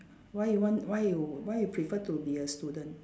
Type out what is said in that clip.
why you want why you why you prefer to be a student